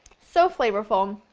so flavorful, um